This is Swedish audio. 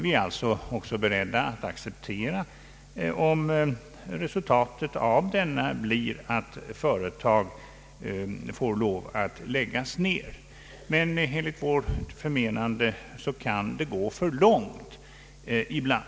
Vi är alltså även beredda att acceptera att resultatet av denna kan bli att företag måste läggas ned. Men enligt vårt förmenande kan det ibland gå för långt.